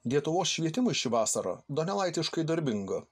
lietuvos švietimui ši vasara donelaitiškai darbinga